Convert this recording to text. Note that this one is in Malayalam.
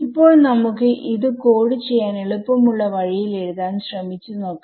ഇപ്പോൾ നമുക്ക് ഇത് കോഡ് ചെയ്യാൻ എളുപ്പമുള്ള വഴിയിൽ എഴുതാൻ ശ്രമിച്ചുനോക്കാം